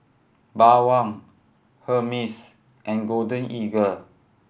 Bawang Hermes and Golden Eagle